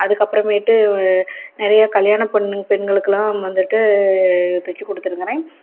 அதுக்கப்புறமேட்டு நிறைய கல்யாண பொண்ணு பெண்களுக்குலாம் வந்துட்டு தச்சி கொடுத்துருக்கறேன்